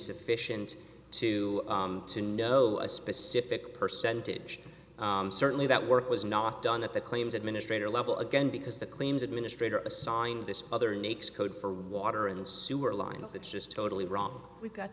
sufficient to to know a specific percentage certainly that work was not done at the claims administrator level again because the claims administrator assigned this other nakes code for water and sewer lines it's just totally wrong w